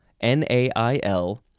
N-A-I-L